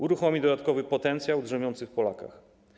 Uruchomi dodatkowy potencjał drzemiący w Polakach.